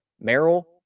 Merrill